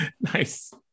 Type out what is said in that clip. Nice